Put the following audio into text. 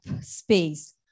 space